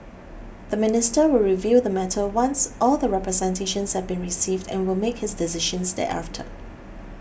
the minister will review the matter once all the representations have been received and will make his decisions thereafter